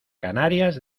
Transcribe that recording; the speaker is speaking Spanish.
canarias